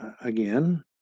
again